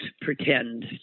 pretend